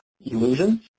illusions